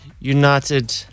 united